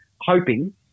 hoping